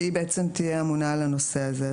שהיא בעצם תהיה אמונה על הנושא הזה.